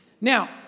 Now